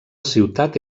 ciutat